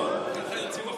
ככה זה בפרולטריון.